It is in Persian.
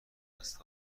دست